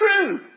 true